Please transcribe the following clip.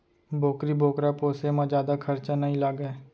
बोकरी बोकरा पोसे म जादा खरचा नइ लागय